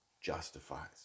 justifies